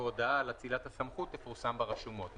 והודעה על אצילת הסמכות תפורסם ברשומות.